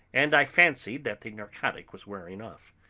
and i fancied that the narcotic was wearing off.